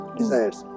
desires